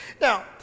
Now